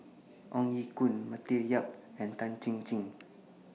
Ong Ye Kung Matthew Yap and Tan Chin Chin